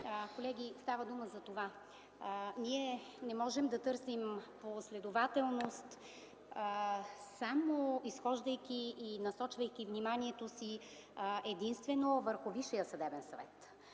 Колеги, става дума за следното. Ние не можем да търсим последователност, изхождайки и насочвайки вниманието само и единствено върху Висшия съдебен съвет.